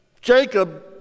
Jacob